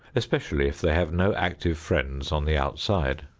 especially if they have no active friends on the outside.